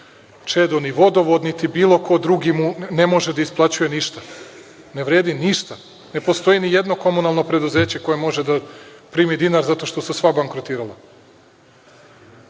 ni vodovod niti bilo ko drugi mu ne može da isplaćuje ništa, ne vredi ništa, ne postoji nijedno komunalno preduzeće koje može da primi dinar zato što su sva bankrotirala